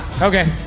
Okay